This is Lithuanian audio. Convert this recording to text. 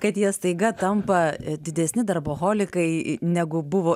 kad jie staiga tampa didesni darboholikai negu buvo